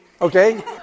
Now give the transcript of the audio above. Okay